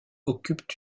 occupent